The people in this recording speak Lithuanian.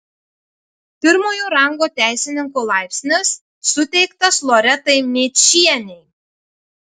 pirmojo rango teisininko laipsnis suteiktas loretai mėčienei